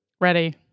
Ready